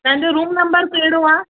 तव्हांजो room number कहिड़ो आहे